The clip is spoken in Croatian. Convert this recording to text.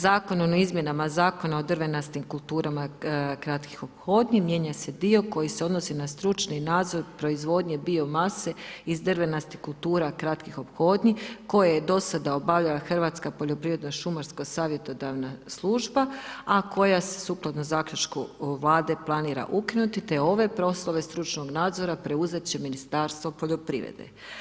Zakonom o izmjenama Zakona o drvenastim kulturama kratkih ophodnji mijenja se dio koji se odnosi na stručni nadzor proizvodnje biomase iz drvenastih kultura kratkih ophodnji koje je do sada obavljala Hrvatska poljoprivredno-šumarska savjetodavna služba, a koja se sukladno Zaključku Vlade planira ukinuti te ove poslove stručnog nadzora preuzeti će Ministarstvo poljoprivrede.